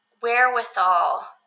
wherewithal